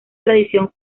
tradición